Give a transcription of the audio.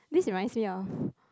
this is reminds me of